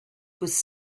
was